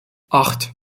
acht